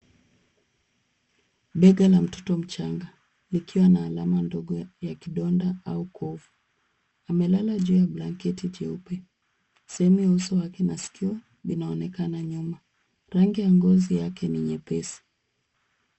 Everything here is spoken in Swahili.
Bega la mtoto mchanga likiwa na alama ndogo ya kidonda au kovu. Amelala juu ya blanketi jeupe. Sehemu ya uso wake na sikio inaonekana nyuma. Rangi ya ngozi yake ni nyepesi.